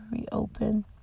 reopen